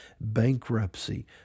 Bankruptcy